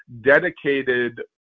dedicated